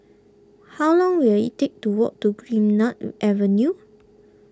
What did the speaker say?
how long will it take to walk to green nod Avenue